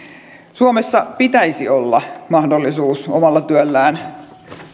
suomessa pitäisi olla mahdollisuus omalla työllään